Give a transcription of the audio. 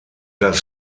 das